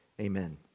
Amen